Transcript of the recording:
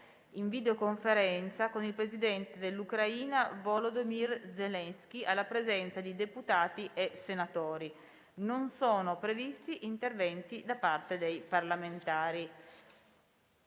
in videoconferenza con il presidente dell'Ucraina Volodymyr Zelensky, alla presenza di deputati e senatori. Non sono previsti interventi da parte dei parlamentari.